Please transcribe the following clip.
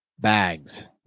bags